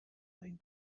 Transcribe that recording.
wing